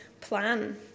plan